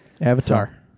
Avatar